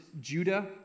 Judah